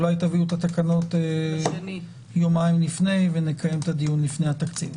אולי תביאו את התקנות יומיים לפני ונקיים את הדיון לפני התקציב.